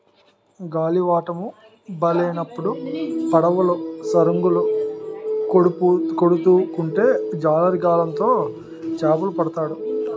గాలివాటము బాలేనప్పుడు పడవలు సరంగులు కొడుతూ ఉంటే జాలరి గాలం తో చేపలు పడతాడు